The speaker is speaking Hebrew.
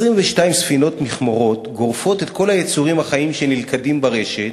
22 ספינות מכמורות גורפות את כל היצורים החיים שנלכדים ברשת,